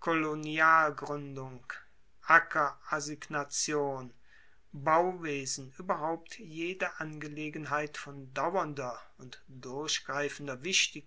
kolonialgruendung ackerassignation bauwesen ueberhaupt jede angelegenheit von dauernder und durchgreifender